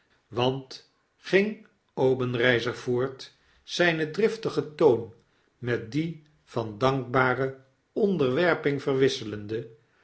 want ging obenreizer voort zyn dnftigen toon met dien van dankbare onderwerping verwisselende